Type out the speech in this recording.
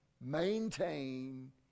Maintain